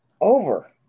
over